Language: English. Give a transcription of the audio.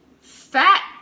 fat